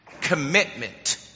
commitment